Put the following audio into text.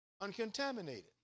Uncontaminated